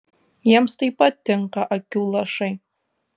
jiems taip pat tinka akių lašai